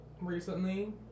recently